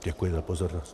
Děkuji za pozornost.